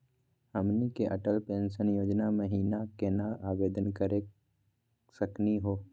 हमनी के अटल पेंसन योजना महिना केना आवेदन करे सकनी हो?